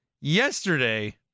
yesterday